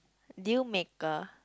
dealmaker